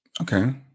Okay